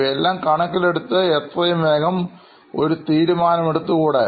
ഇവയെല്ലാം കണക്കിലെടുത്തു എത്രയും വേഗം ഒരു തീരുമാനമെടുത്തു കൂടെ